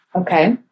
Okay